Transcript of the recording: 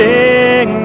Sing